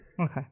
Okay